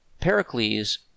Pericles